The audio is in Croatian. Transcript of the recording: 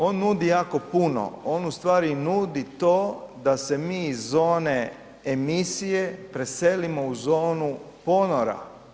On nudi jako puno, on ustvari nudi to da se mi iz zone emisije preselimo u zonu ponora.